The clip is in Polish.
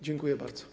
Dziękuję bardzo.